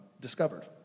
discovered